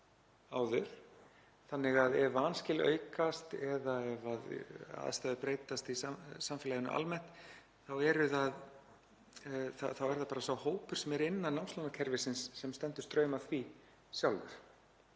áður, þannig að ef vanskil aukast eða ef aðstæður breytast í samfélaginu almennt þá er það bara sá hópur sem er innan námslánakerfisins sem stendur straum af því sjálfur.